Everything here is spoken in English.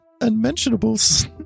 Unmentionables